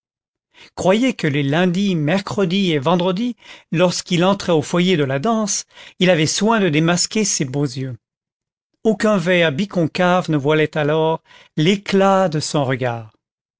croyez que les lundis mercredis et vendredis lorsqu'il entrait au foyer de la danse il avait soin de démasquer ses beaux yeux aucun verre biconcave ne voilait alors l'éclat de son regard